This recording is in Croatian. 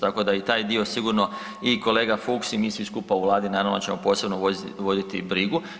Tako da i taj dio sigurno i kolega Fuchs i mi svi skupa u Vladi, naravno da ćemo posebno voditi brigu.